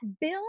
Bill